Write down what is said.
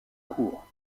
courts